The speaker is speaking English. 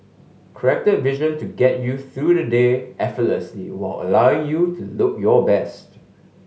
corrected vision to get you through the day effortlessly while allowing you to look your best